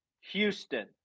Houston